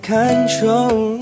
control